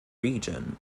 region